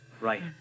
Right